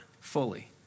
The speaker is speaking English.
fully